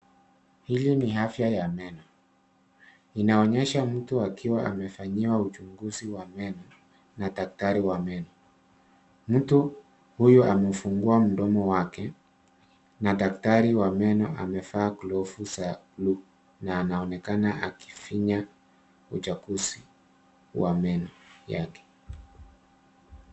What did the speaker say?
Hili ni afya ya meno. Inaonyesha mtu akiwa amefanyiwa uchunguzi wa meno na daktari wa meno. Mtu huyu amefungua mdomo wake na daktari wa meno amevaa glavu za buluu na anaonekana akifanya uchunguzi wa meno yake.